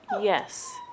Yes